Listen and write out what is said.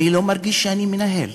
אני לא מרגיש שאני מנהל,